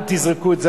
תגידי